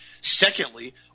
Secondly